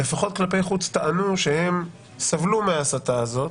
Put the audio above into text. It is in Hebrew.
לפחות כלפי חוץ טענו שהם סבלו מההסתה הזאת,